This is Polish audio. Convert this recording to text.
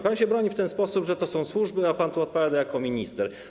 Pan się broni w ten sposób, że to są służby, a pan tu odpowiada jako minister.